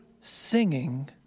singing